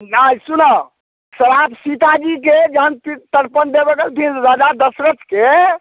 नहि सुनऽ श्राप सीताजीके जहन पितृ तरपन देबऽ गेलथिन राजा दशरथके